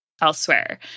elsewhere